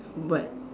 but